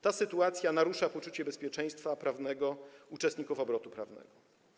Ta sytuacja narusza poczucie bezpieczeństwa prawnego uczestników obrotu prawnego.